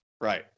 Right